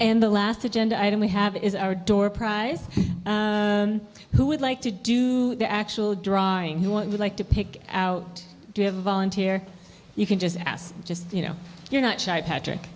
and the last agenda item we have is our door prize who would like to do the actual drawing you want would like to pick out do you have a volunteer you can just ask just you know you're not shy patrick